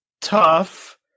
tough